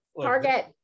target